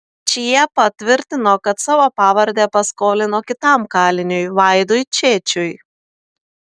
čiepa tvirtino kad savo pavardę paskolino kitam kaliniui vaidui čėčiui